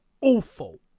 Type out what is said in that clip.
awful